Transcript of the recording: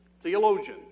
theologian